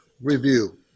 review